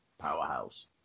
Powerhouse